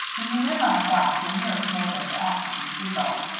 when you live on a dock, your nearest neighbors are apt to be seagulls.